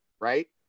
right